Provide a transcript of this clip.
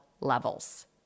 levels